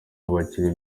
abakinnyi